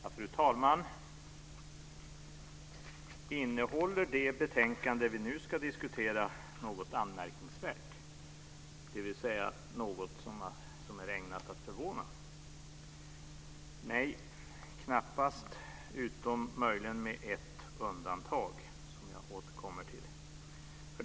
Fru talman! Innehåller det betänkande vi nu ska diskutera något anmärkningsvärt, dvs. något som är ägnat att förvåna? Nej, knappast, utom möjligen med ett undantag som jag återkommer till.